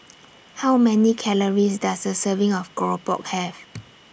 How Many Calories Does A Serving of Keropok Have